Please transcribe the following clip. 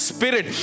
Spirit